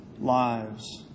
lives